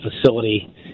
facility